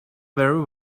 very